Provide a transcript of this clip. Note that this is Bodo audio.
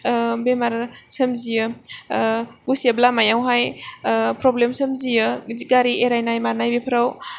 बेमार सोमजियो गुसेब लामायावहाय फ्रब्लेम सोमजियो बिदि गारि एरायनाय मानाय बेफोराव